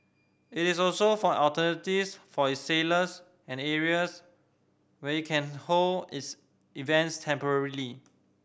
it is also for alternatives for its sailors and areas where can hold its events temporarily